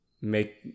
make